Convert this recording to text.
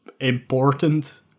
important